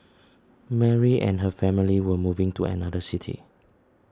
Mary and her family were moving to another city